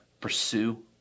pursue